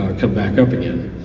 back up again.